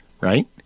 right